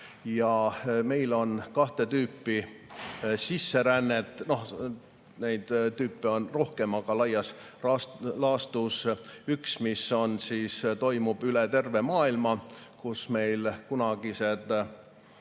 meil on kahte tüüpi sisserännet. Neid tüüpe on rohkem, aga laias laastus: üks, mis toimub üle terve maailma ja mille